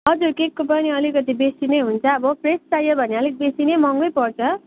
हजुर केकको पनि अलिकति बेसी नै हुन्छ अब फ्रेस चहियो भने अलिक बेसी महँगौ पर्छ